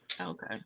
okay